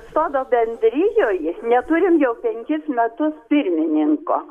sodo bendrijoj neturim jau penkis metus pirmininko